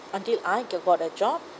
until I got a job